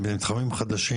שהם מתחמים חדשים.